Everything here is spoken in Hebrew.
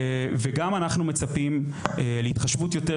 וגם שאנחנו מצפים יותר להתחשבות.